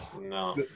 No